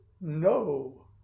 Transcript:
no